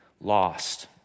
lost